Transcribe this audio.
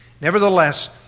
Nevertheless